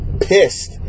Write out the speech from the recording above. pissed